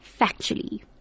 factually